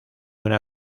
una